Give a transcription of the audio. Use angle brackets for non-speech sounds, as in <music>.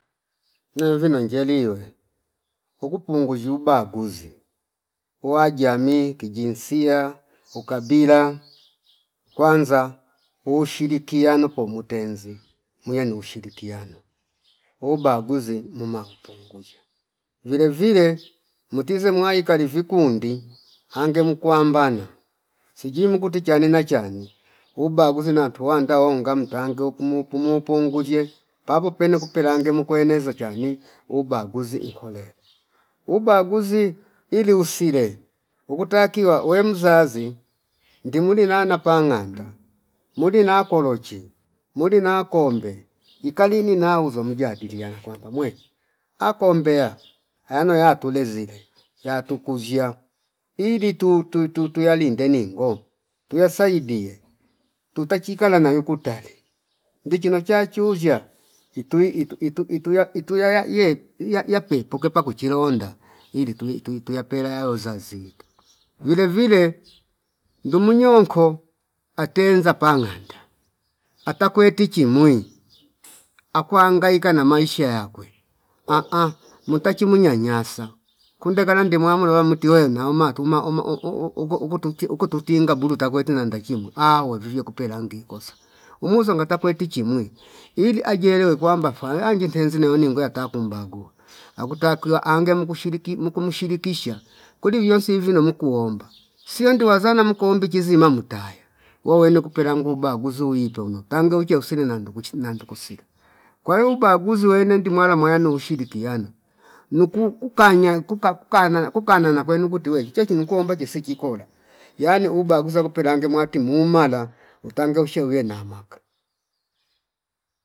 Nelvi najeliwe uku pungu zshyubaguzi wa jami kijinsia, <noise> ukabila kwanza ushirikiano pomu tenzi muye ni ushirikiano ubaguzi muma kupunguza vile vile mutize mwai kali vikundi ange mkwambana sijim kuti chanena chani ubaguzi nantuwanda honga mtange oku mupupu punguzie papo pene kupelange mukweneza chani ubaguzi nkolela. Ubaguzi ili usile ukutakiwa we mzazi ndimuli nana panganda muli na korochi muli na kombe ikali nina uzo mujadiliana kwankwa mwe akombea ayono ya tule zile <noise> ya tukuzia ili tuu- tuu- tuyalinde ningo yasaidie tuta chikala nayo kutale ndichino chachuzya itui itu- itu- ituya- ituyaya ye ya- yapeipoke paku chilonda ili tuwi- tuwi tuyapela yao zazipa, vile vile <noise> ndumu nyonko atenza panganda ata kwe tichimui <noise> akuangaika na maisha yakwe ahh mutachi munyanyasa kunda kala ndimwamulo wemutiwe nauma tuma uma <hesitation> uko tuchi uko tinga buru takwe tena ndekimwa awe vivya kupelangi kosa umuza ngota kweti chimwi ili ajielewe kwamba falangie tenzi nayoni ngwe atakumbagua akutakiwa ange mkushiriki muku mushirikisha kuli yonsi ivino muku omba siwe ndiwazana mkuombi chizi mamutaya wowene kupelangu ubaguzi wi peuno tange uche usire nandu kuchi nadnu kusira kwa hio ubaguzi wenendi mwala mwaya nu ushirikiano nukuu kukanya kuka kuna, kuna na kwenu kutiwe chechu nukuomba chisi kikola yani ubaguza kupelanga mwati muumala utange ushie uviwe namaka